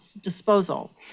disposal